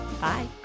Bye